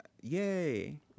Yay